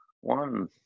one